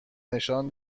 نشان